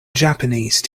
japanese